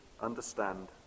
understand